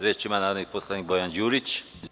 Reč ima narodni poslanik Bojan Đurić.